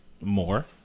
more